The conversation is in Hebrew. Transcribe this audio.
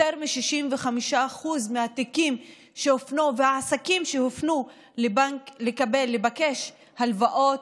יותר מ-65% מהתיקים והעסקים שהופנו לבקש הלוואת